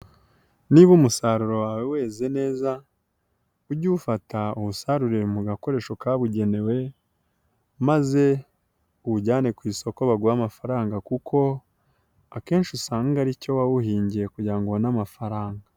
Niba umusaruro wawe weze neza ujye uwufata uwusarure mu gakoresho kabugenewe maze uwujyane ku isoko baguhe amafaranga kuko akenshi usanga aricyo wawuhingiye kugira ngo ubone amafaranga.